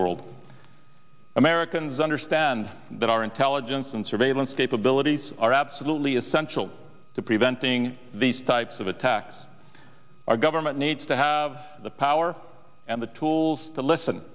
world americans understand that our intelligence and surveillance capabilities are absolutely essential to preventing these types of attacks our government needs to have the power and the tools to listen